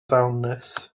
ddawnus